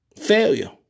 failure